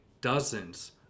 dozens